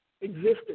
existed